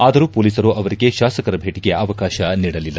ಆದರೂ ಪೊಲೀಸರು ಅವರಿಗೆ ಶಾಸಕರ ಭೇಟಿಗೆ ಅವಕಾಶ ನೀಡಲಿಲ್ಲ